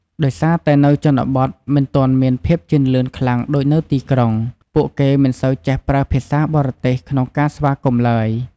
ដោយសារតែនៅជនបទមិនទាន់មានភាពជឿនលឿនខ្លាំងដូចនៅទីក្រុង ពួកគេមិនសូវចេះប្រើ ភាសាបរទេស ក្នុងការស្វាគមន៍ឡើយ។